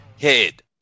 head